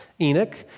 Enoch